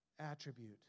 attribute